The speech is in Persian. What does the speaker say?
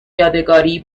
یادگاری